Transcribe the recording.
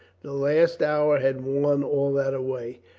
the last hour had worn all that away.